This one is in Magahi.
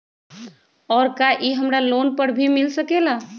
और का इ हमरा लोन पर भी मिल सकेला?